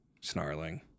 snarling